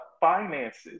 finances